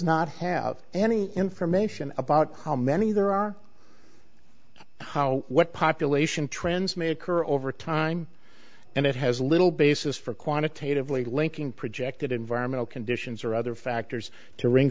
not have any information about how many there are how what population trends may occur over time and it has little basis for quantitatively linking projected environmental conditions or other factors to ring